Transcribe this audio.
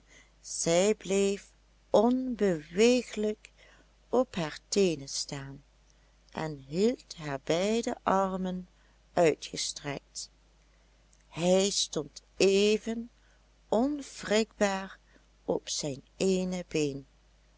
zij bleef onbeweeglijk op haar teenen staan en hield haar beide armen uitgestrekt hij stond even onwrikbaar op zijn eene been